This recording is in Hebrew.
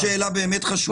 יש פה שאלה באמת חשובה.